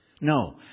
No